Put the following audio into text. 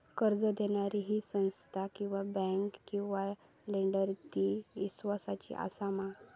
कर्ज दिणारी ही संस्था किवा बँक किवा लेंडर ती इस्वासाची आसा मा?